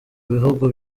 bihugu